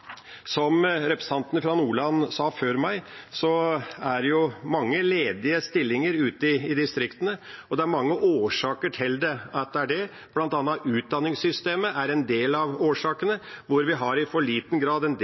Som representanten fra Nordland sa før meg, er det mange ledige stillinger ute i distriktene. Det er mange årsaker til det, bl.a. utdanningssystemet, der vi i for liten grad har en desentralisert utdanning av helsefagpersonell. Det gjør at for